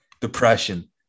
depression